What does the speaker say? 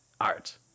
art